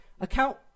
account